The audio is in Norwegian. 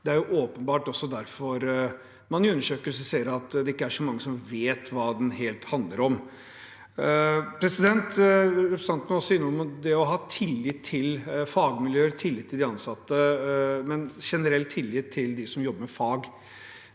Det er åpenbart også derfor man i undersøkelser ser at det ikke er så mange som vet hva den helt handler om. Representanten var også innom det å ha tillit til fagmiljøer og tillit til de ansatte, men en generell tillit til dem som jobber med fag.